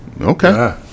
Okay